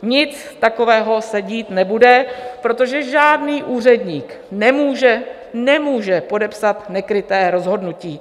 Nic takového se dít nebude, protože žádný úředník nemůže podepsat nekryté rozhodnutí.